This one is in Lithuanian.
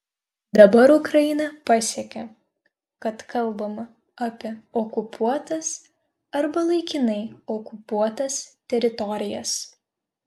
dabar ukraina pasiekė kad kalbama apie okupuotas arba laikinai okupuotas teritorijas